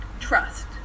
Trust